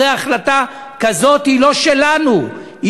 אחרי החלטה כזאת הוא לא שלנו,